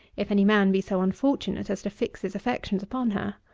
if any man be so unfortunate as to fix his affections upon her.